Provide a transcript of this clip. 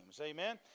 amen